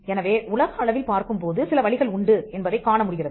எனவே உலக அளவில் பார்க்கும் போது சில வழிகள் உண்டு என்பதைக் காணமுடிகிறது